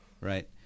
right